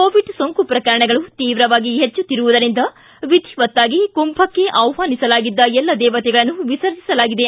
Covid ಸೋಂಕು ಪ್ರಕರಣಗಳು ಶೀವ್ರವಾಗಿ ಪೆಚ್ಚುತ್ತಿರುವುದರಿಂದ ವಿಧಿವತ್ತಾಗಿ ಕುಂಭಕ್ಕೆ ಆಹ್ವಾನಿಸಲಾಗಿದ್ದ ಎಲ್ಲ ದೇವತೆಗಳನ್ನು ವಿಸರ್ಜಿಸಲಾಗಿದೆ